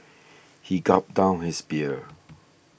he gulped down his beer